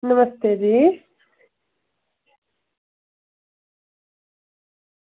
नमस्ते जी